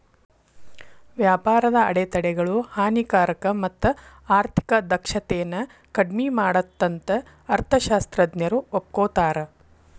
ವ್ಯಾಪಾರದ ಅಡೆತಡೆಗಳು ಹಾನಿಕಾರಕ ಮತ್ತ ಆರ್ಥಿಕ ದಕ್ಷತೆನ ಕಡ್ಮಿ ಮಾಡತ್ತಂತ ಅರ್ಥಶಾಸ್ತ್ರಜ್ಞರು ಒಪ್ಕೋತಾರ